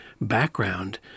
background